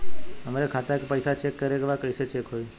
हमरे खाता के पैसा चेक करें बा कैसे चेक होई?